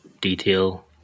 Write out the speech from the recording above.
detail